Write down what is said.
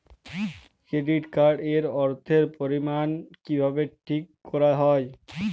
Credit card এর অর্থের পরিমান কিভাবে ঠিক করা হয়?